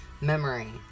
Memory